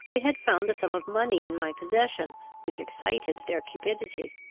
they had found a sum of money in my possession which excited their cupidity,